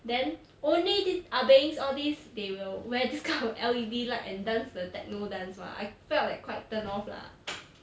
then only ah bengs all these they will wear this kind of L_E_D light and dance the techno dance mah I felt like quite turn off lah